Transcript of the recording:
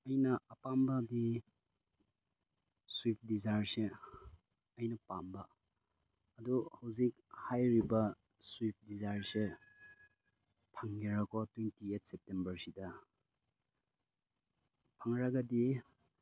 ꯑꯩꯅ ꯑꯄꯥꯝꯕꯗꯤ ꯁ꯭ꯋꯤꯞ ꯗꯤꯖꯥꯌꯔꯁꯤ ꯑꯩꯅ ꯄꯥꯝꯕ ꯑꯗꯨ ꯍꯧꯖꯤꯛ ꯍꯥꯏꯔꯤꯕ ꯁ꯭ꯋꯤꯞ ꯗꯤꯖꯥꯌꯔꯁꯦ ꯐꯪꯒꯦꯔꯥ ꯀꯣ ꯇ꯭ꯋꯦꯟꯇꯤ ꯑꯩꯠ ꯁꯦꯞꯇꯦꯝꯕꯔꯁꯤꯗ ꯐꯪꯂꯒꯗꯤ